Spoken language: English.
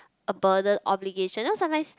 a burden obligation you know sometimes